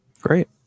Great